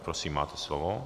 Prosím, máte slovo.